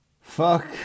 Fuck